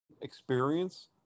experience